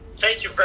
thank you very